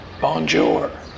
bonjour